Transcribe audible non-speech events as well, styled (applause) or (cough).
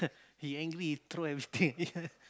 he angry throw everything (laughs)